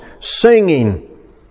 singing